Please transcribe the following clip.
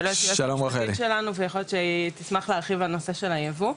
היועצת המשפטית שלנו ויכול להיות שהיא תשמח להרחיב על הנושא של הייבוא.